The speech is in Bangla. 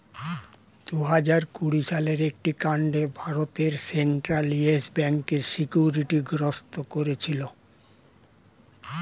দুহাজার কুড়ি সালের একটি কাণ্ডে ভারতের সেন্ট্রাল ইয়েস ব্যাঙ্ককে সিকিউরিটি গ্রস্ত করেছিল